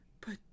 But